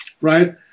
right